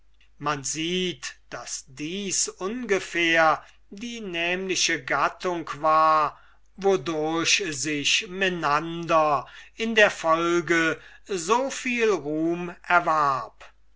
man sieht daß dies ungefähr die nämliche gattung war wodurch sich menander in der folge so viel ruhm erwarb